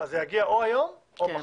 אז זה יגיע או היום או מחר.